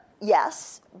yes